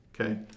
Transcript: Okay